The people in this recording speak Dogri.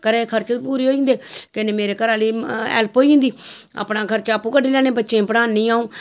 घरे दे खर्चे बी पूरे होई जंदे कन्नै मेरे घरे आह्ले दी हैल्प होई जंदी अपने खर्चा आपूं क'ड्डी लैन्ने बच्चें गी पढ़ानी अ'ऊं